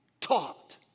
taught